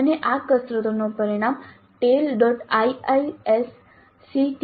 અને આ કસરતોના પરિણામો tale